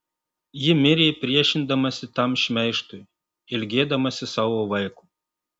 ji mirė priešindamasi tam šmeižtui ilgėdamasi savo vaiko